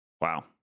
Wow